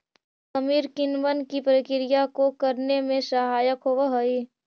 खमीर किणवन की प्रक्रिया को करने में सहायक होवअ हई